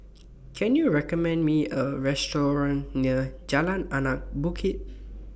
Can YOU recommend Me A Restaurant near Jalan Anak Bukit